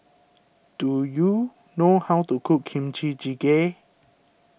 do you know how to cook Kimchi Jjigae